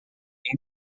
ainda